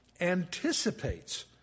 anticipates